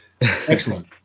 Excellent